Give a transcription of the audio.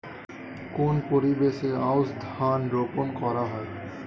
কোন পরিবেশে আউশ ধান রোপন করা হয়?